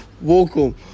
Welcome